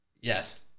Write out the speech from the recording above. yes